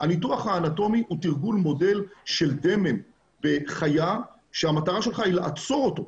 הניתוח האנטומי הוא תרגול מודל של דמם בחיה כשהמטרה שלך היא לעצור אותו.